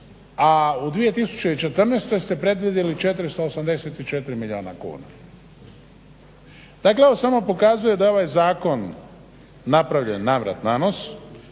a u 2014. ste predvidjeli 484 milijuna kuna. Dakle ovo samo pokazuje da je ovaj zakon napravljen navrat nanos.